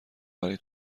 برای